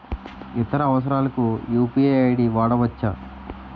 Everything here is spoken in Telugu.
ఇతర అవసరాలకు యు.పి.ఐ ఐ.డి వాడవచ్చా?